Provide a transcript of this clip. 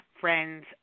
Friends